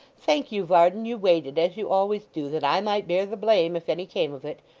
thank you, varden. you waited, as you always do, that i might bear the blame, if any came of it.